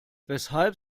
weshalb